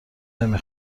نمی